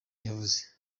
yavuze